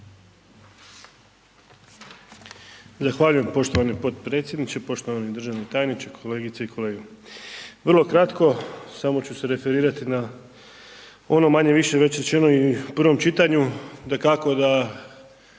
Zahvaljujem poštovani potpredsjedniče, poštovani državni tajniče, kolegice i kolege. Vrlo kratko, samo ću se referirati na ono manje-više reći rečeno i u prvom čitanju. Dakako da